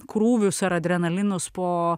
krūvius ar adrenalinus po